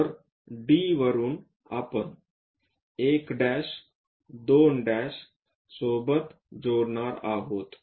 तर D वरून आपण 1 2 सोबत जोडणार आहोत